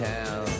Town